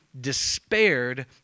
despaired